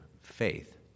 faith